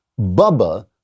Bubba